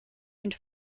and